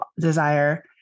desire